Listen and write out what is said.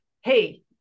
hey